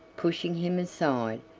pushing him aside,